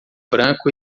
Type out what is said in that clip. branco